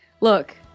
look